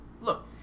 look